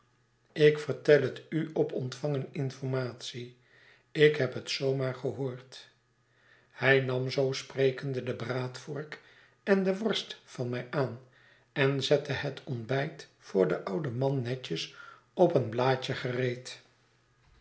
ik vertel het u op ontvangen informatie ik heb het zoo maar gehoord hij nam zoo sprekende de braadvork en de worst van mij aan en zette het ontbijt voor den ouden man netjes op eenblaadjegereed